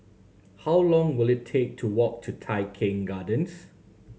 how long will it take to walk to Tai Keng Gardens